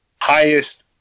highest